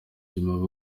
nyuma